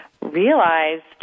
realized